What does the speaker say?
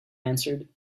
answered